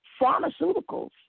pharmaceuticals